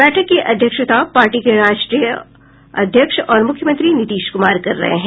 बैठक की अध्यक्षता पार्टी के राष्ट्रीय और मुख्यमंत्री नीतीश कुमार कर रहे हैं